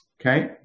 Okay